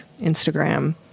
Instagram